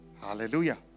Hallelujah